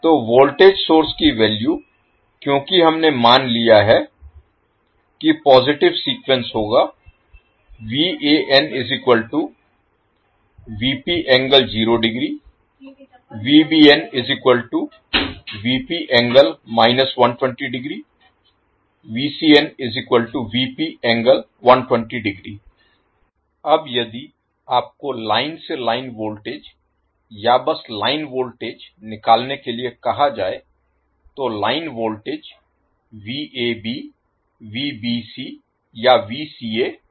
तो voltage source की value क्योंकि हमने मान लिया है कि पॉजिटिव सीक्वेंस होगा अब यदि आपको लाइन से लाइन वोल्टेज या बस लाइन वोल्टेज निकालने के लिए कहा जाए तो लाइन वोल्टेज या होगा